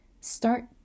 start